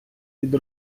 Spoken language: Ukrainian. від